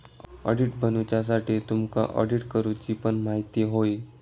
auditor बनुच्यासाठी तुमका audit करूची पण म्हायती होई